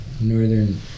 northern